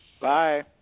Bye